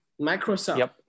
Microsoft